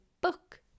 book